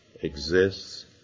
exists